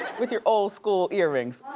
with your old school earrings.